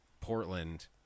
Portland